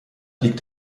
liegt